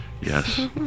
Yes